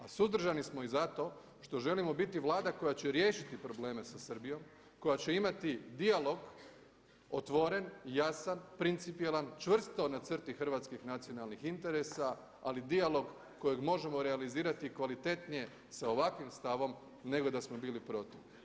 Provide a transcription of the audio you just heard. A suzdržani smo i zato što želimo biti Vlada koja će riješiti probleme sa Srbijom, koja će imati dijalog otvoren, jasan, principijelan, čvrsto na crti hrvatskih nacionalnih interesa, ali dijalog kojeg možemo realizirati kvalitetnije sa ovakvim stavom nego da smo bili protiv.